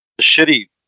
shitty